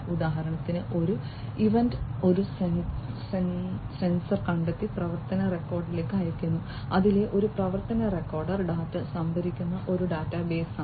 ഉദാഹരണത്തിന് ഒരു ഇവന്റ് ഒരു സെൻസർ കണ്ടെത്തി പ്രവർത്തന റെക്കോർഡറിലേക്ക് അയയ്ക്കുന്നു അതിലെ ഒരു പ്രവർത്തന റെക്കോർഡർ ഡാറ്റ സംഭരിക്കുന്ന ഒരു ഡാറ്റാബേസാണ്